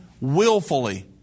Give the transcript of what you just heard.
willfully